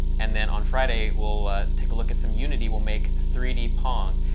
and then on friday, we'll take a look at some unity. we'll make three d pong.